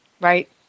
Right